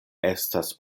estas